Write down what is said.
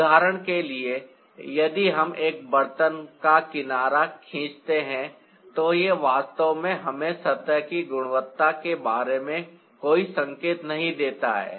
उदाहरण के लिए यदि हम एक बर्तन का एक किनारा खींचते हैं तो यह वास्तव में हमें सतह की गुणवत्ता के बारे में कोई संकेत नहीं देता है